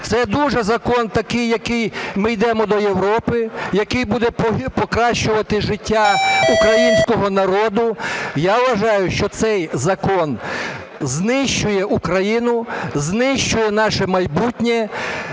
Це дуже закон такий, ми йдемо до Європи, який буде покращувати життя українського народу. Я вважаю, що цей закон знищує Україну, знищує наше майбутнє,